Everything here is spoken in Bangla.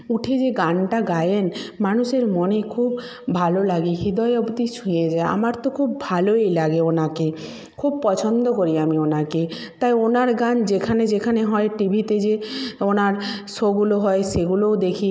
উঠি যে গানটা গায়েন মানুষের মনে খুব ভালো লাগে হৃদয় অবদি ছুঁয়ে যায় আমার তো খুব ভালোই লাগে ওনাকে খুব পছন্দ করি ওনাকে তাই ওনার গান যেখানে যেখানে হয় টিভিতে যে ওনার শোগুলো হয় সেগুলোও দেখি